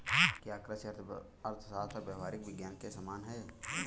क्या कृषि अर्थशास्त्र व्यावहारिक विज्ञान के समान है?